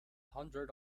hundred